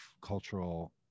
cultural